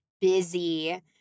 busy